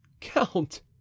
Count